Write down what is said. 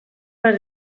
per